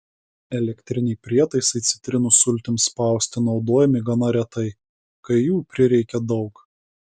elektriniai prietaisai citrinų sultims spausti naudojami gana retai kai jų prireikia daug